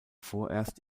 vorerst